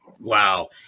wow